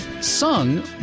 sung